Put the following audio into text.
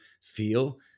feel